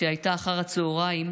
שהייתה אחר הצוהריים